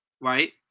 right